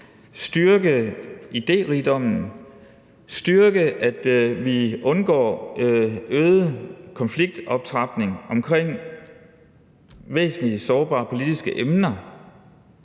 styrke idérigdommen og sikre, at vi undgår øget konfliktoptrapning i forbindelse med væsentlige sårbare politiske emner